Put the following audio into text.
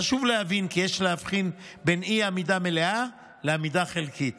חשוב להבין כי יש להבחין בין אי-עמידה מלאה לעמידה חלקית